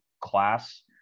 class